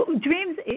dreams